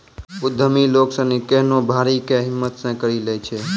उद्यमि लोग सनी केहनो भारी कै हिम्मत से करी लै छै